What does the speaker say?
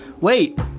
wait